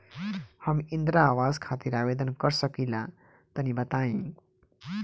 हम इंद्रा आवास खातिर आवेदन कर सकिला तनि बताई?